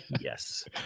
Yes